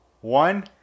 one